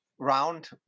Round